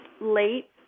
late